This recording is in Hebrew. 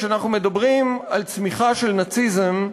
כשאנחנו מדברים על צמיחה של נאציזם,